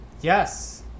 yes